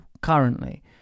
currently